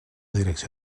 direcció